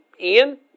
ian